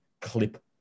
clip